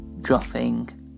dropping